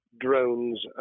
drones